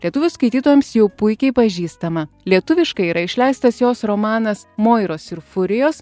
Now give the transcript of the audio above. lietuvių skaitytojams jau puikiai pažįstama lietuviškai yra išleistas jos romanas moiros ir furijos